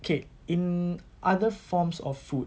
okay in other forms of food